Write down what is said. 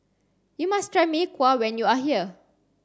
you must try Mee Kuah when you are here